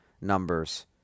numbers